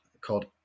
called